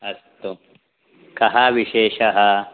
अस्तु कः विशेषः